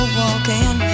walking